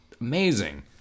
Amazing